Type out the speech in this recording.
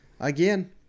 again